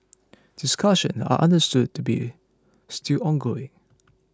discussions are understood to be still ongoing